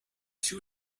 two